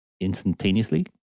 instantaneously